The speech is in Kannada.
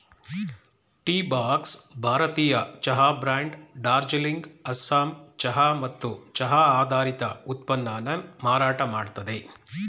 ಟೀಬಾಕ್ಸ್ ಭಾರತೀಯ ಚಹಾ ಬ್ರ್ಯಾಂಡ್ ಡಾರ್ಜಿಲಿಂಗ್ ಅಸ್ಸಾಂ ಚಹಾ ಮತ್ತು ಚಹಾ ಆಧಾರಿತ ಉತ್ಪನ್ನನ ಮಾರಾಟ ಮಾಡ್ತದೆ